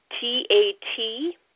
T-A-T